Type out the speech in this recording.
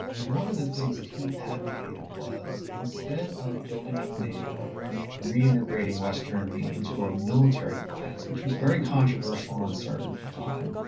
and one of the things that he advocated was instead of building up nato and re-integrating west germany into a military alliance, which was very controversial and uncertain at the time,